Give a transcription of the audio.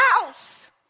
house